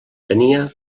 tenia